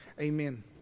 Amen